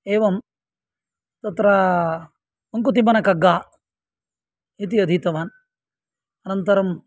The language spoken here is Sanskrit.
एवं तत्र अङ्कुतिम्मनकग्गा इति अधीतवान् अनन्तरं